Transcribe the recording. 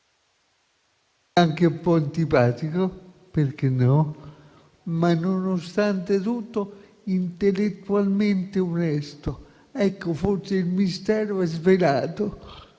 ...anche un po' antipatico (perché no?), ma nonostante tutto intellettualmente onesto. Ecco, forse il mistero è svelato: